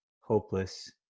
hopeless